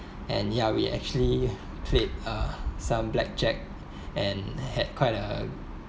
and ya we actually played uh some blackjack and had quite a